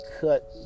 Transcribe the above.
cut